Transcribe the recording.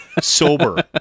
sober